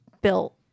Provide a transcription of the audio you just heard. built